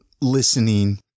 listening